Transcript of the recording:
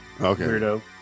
Okay